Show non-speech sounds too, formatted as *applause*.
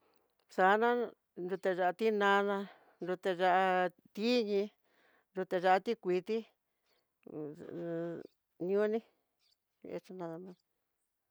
Xana nrute ya'á tinana, nrute ya'á tiyii, nrute ya'á tikuiti *hesitation* nione ese nadamas.